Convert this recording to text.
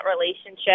relationship